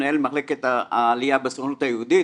מנהל מחלקת העלייה בסוכנות היהודית: